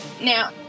Now